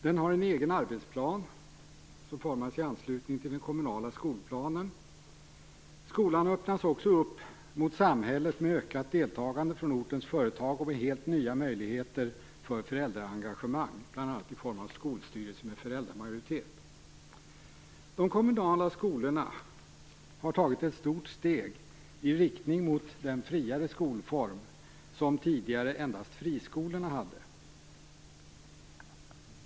Den har en egen arbetsplan, som formas i anslutning till den kommunala skolplanen. Skolan öppnas också upp mot samhället, med ökat deltagande från ortens företag och med helt nya möjligheter för föräldraengagemang, bl.a. i form av skolstyrelse med föräldramajoritet. De kommunala skolorna har tagit ett stort steg i riktning mot den friare skolform som tidigare endast friskolorna hade.